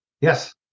Yes